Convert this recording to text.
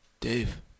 Dave